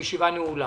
הישיבה נעולה.